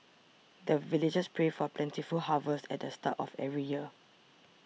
the villagers pray for plentiful harvest at the start of every year